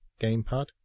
gamepad